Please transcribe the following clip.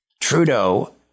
Trudeau